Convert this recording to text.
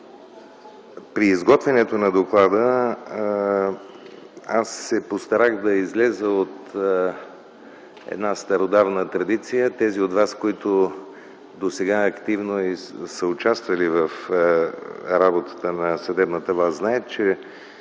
При изготвянето на доклада аз се постарах да изляза от една стародавна традиция. Тези от вас, които досега активно са участвали в работата на съдебната власт, знаят, че